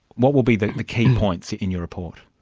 what will be the the key points in your report?